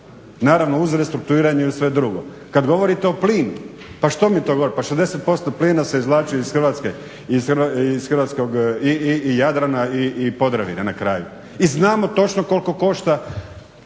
Naravno uz restrukturiranje i uz sve drugo. Kad govorite o plinu pa što mi to govorite, pa 60% plina se izvlači iz hrvatskog i Jadrana i Podravine na kraju. I znamo točno koliko košta